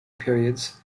periods